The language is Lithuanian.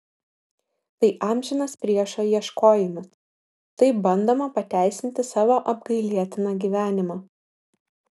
tai amžinas priešo ieškojimas taip bandoma pateisinti savo apgailėtiną gyvenimą